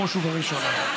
בראש ובראשונה.